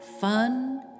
fun